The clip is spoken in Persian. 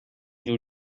جور